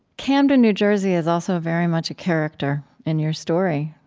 camden, new jersey is also very much a character in your story.